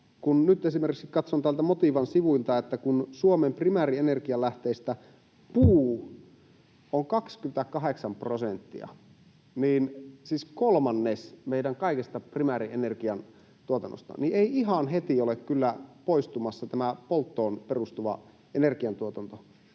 nyt esimerkiksi katson täältä Motivan sivuilta, että Suomen primäärienergian lähteistä puu on 28 prosenttia, siis kolmannes meidän kaikesta primäärienergian tuotannosta, niin ei ihan heti ole kyllä poistumassa tämä polttoon perustuva energiantuotanto.